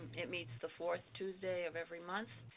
it meets the fourth tuesday of every month.